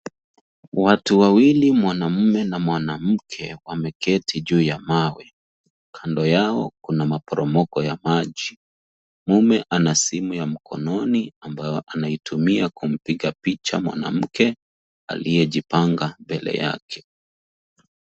Watu wawili mwanaume na mwanamke, wameketi juu ya mawe. Kando Yao Kuna maporomoko ya maji .Mme ana simu ya mkononi ambayo anaitumia kumpiga picha mwanamke aliyejipanga mbele yake.